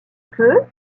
peut